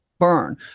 burn